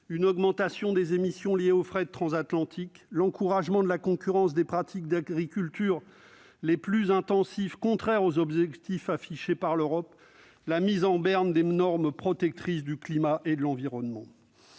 une augmentation des émissions liées au fret transatlantique, l'encouragement de la concurrence des pratiques d'agriculture les plus intensives, contraires aux objectifs affichés par l'Europe, la mise en berne des normes protectrices du climat et de l'environnement.